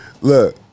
look